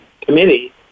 committee